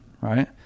right